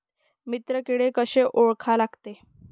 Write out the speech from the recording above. मित्र किडे कशे ओळखा लागते?